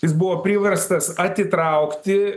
jis buvo priverstas atitraukti